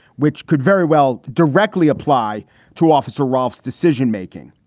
which could very well directly apply to officer ralf's decision making.